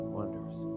wonders